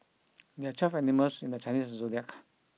there are twelve animals in the Chinese zodiac